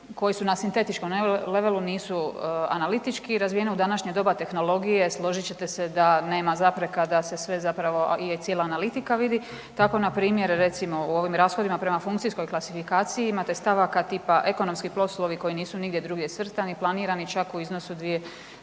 koji su na sintetičkom levelu nisu analitički razvijeni. U današnje doba tehnologije, složit ćete se, da nema zapreka da se sve zapreka da se cijela analitika vidi, tako npr. recimo u ovim rashodima prema funkcijskoj kvalifikaciji imate stavaka tima ekonomski poslovi koji nisu nigdje drugdje svrstani, planirani čak u iznosu 2